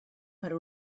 per